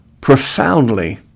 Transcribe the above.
profoundly